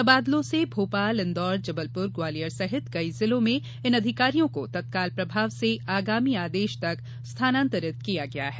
तबादलों से भोपाल इंदौर जबलपुर ग्वालियर सहित कई जिलों में इन अधिकारियों को तत्काल प्रभाव से आगामी आदेश तक स्थानांतरित किया गया है